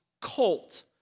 colt